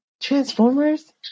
Transformers